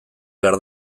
behar